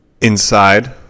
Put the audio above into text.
inside